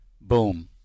boom